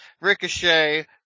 Ricochet